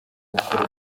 gukora